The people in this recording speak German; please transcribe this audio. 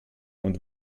und